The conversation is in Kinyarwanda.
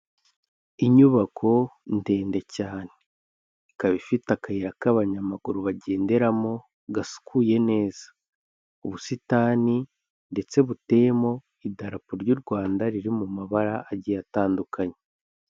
Inyubako ndende cyane ikaba ifite akayira k'abanyamaguru bagenderamo gasukuye neza, ubusitani ndetse buteyemo idarapo ry'u Rwanda riri mu mabara agiye atandukanye.